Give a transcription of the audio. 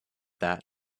that